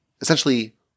essentially